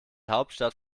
hauptstadt